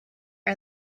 are